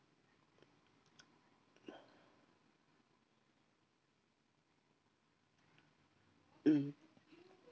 mm